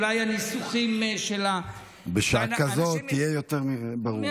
אולי הניסוחים, בשעה כזאת, תהיה יותר ברור.